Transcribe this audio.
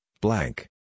blank